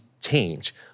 change